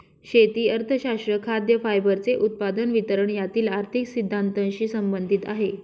शेती अर्थशास्त्र खाद्य, फायबरचे उत्पादन, वितरण यातील आर्थिक सिद्धांतानशी संबंधित आहे